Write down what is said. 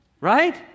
right